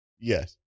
Yes